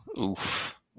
Oof